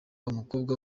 umukobwa